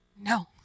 No